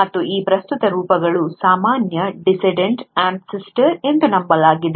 ಮತ್ತು ಈ ಪ್ರಸ್ತುತ ರೂಪಗಳು ಸಾಮಾನ್ಯ ಡಿಸೆಂಡೆಂಟ್ ಅನ್ಸೆಸ್ಟಾರ್ ಎಂದು ನಂಬಲಾಗಿದೆ